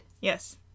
yes